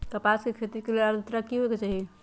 कपास के खेती के लेल अद्रता की होए के चहिऐई?